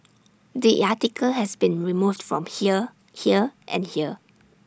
the article has been removed from here here and here